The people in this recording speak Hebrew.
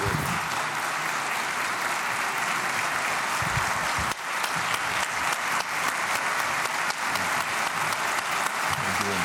(מחיאות